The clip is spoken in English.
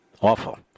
Awful